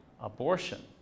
abortion